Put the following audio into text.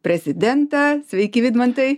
prezidentą sveiki vidmantai